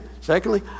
secondly